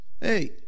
Hey